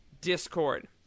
discord